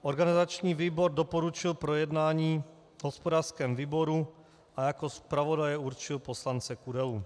Organizační výbor doporučil projednání v hospodářském výboru a jako zpravodaje určil poslance Kudelu.